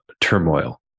turmoil